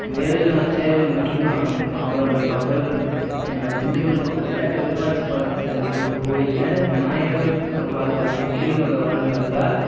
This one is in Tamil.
வேலு நாச்சியார் மற்றும் ம அவரோட மகள் திண்டுக்கல் பக்கத்தில் விருப்பாச்சி பாளையத்தில் இருக்க ஒரு கோயிலில் நாயக்கர் பாதுகாப்பு கீழ் வளர்ந்து வந்தார்